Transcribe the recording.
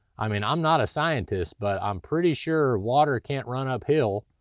i mean, i'm not a scientist, but i'm pretty sure water can't run uphill,